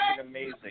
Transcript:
amazing